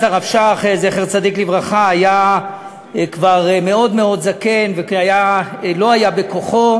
אז הרב שך זצ"ל היה כבר מאוד מאוד זקן ולא היה בכוחו,